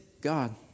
God